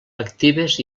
actives